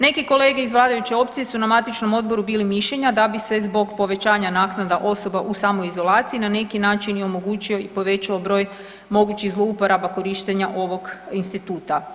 Neki kolege iz vladajuće opcije su na matičnom odboru bili mišljenja da bi se zbog povećanja naknada osoba u samoizolaciji na neki način i omogućio i povećao broj mogućih zlouporaba korištenja ovog instituta.